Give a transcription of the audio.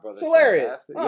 hilarious